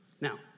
Now